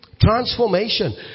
Transformation